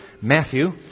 Matthew